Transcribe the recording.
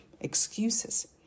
excuses